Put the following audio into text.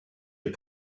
had